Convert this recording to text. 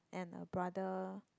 and a brother